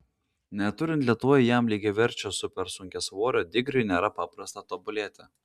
neturint lietuvoje jam lygiaverčio supersunkiasvorio digriui nėra paprasta tobulėti